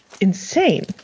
insane